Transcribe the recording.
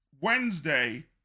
Wednesday